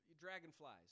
dragonflies